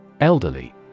Elderly